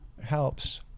helps